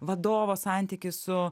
vadovo santykį su